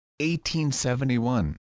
1871